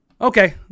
Okay